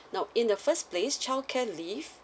now in the first place childcare leave